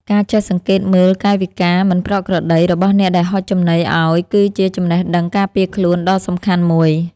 ការចេះសង្កេតមើលកាយវិការមិនប្រក្រតីរបស់អ្នកដែលហុចចំណីឱ្យគឺជាចំណេះដឹងការពារខ្លួនដ៏សំខាន់មួយ។